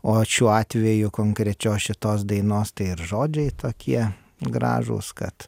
o šiuo atveju konkrečios šitos dainos tai ir žodžiai tokie gražūs kad